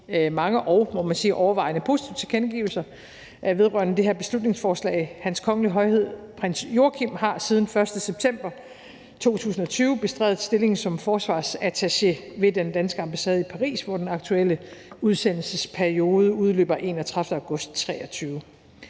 mange og, må man sige, overvejende positive tilkendegivelser vedrørende det her beslutningsforslag. Hans Kongelige Højhed Prins Joachim har siden den 1. september 2020 bestredet stillingen som forsvarsattaché ved den danske ambassade i Paris, hvor den aktuelle udsendelsesperiode udløber den 31. august 2023.